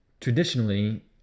Traditionally